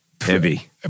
heavy